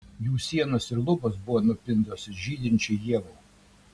jų sienos ir lubos buvo nupintos iš žydinčių ievų